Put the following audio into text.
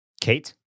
kate